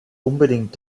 unbedingt